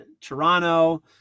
Toronto